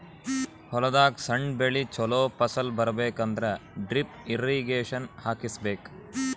ಹೊಲದಾಗ್ ಸಣ್ಣ ಬೆಳಿ ಚೊಲೋ ಫಸಲ್ ಬರಬೇಕ್ ಅಂದ್ರ ಡ್ರಿಪ್ ಇರ್ರೀಗೇಷನ್ ಹಾಕಿಸ್ಬೇಕ್